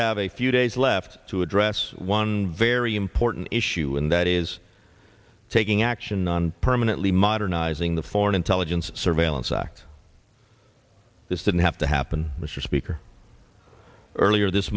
have a few days left to address one very important issue and that is taking action on permanently modernizing the foreign intelligence surveillance act this didn't have to happen mr speaker earlier this